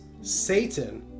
Satan